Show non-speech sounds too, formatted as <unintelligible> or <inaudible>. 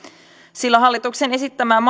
sillä hallituksen esittämään <unintelligible>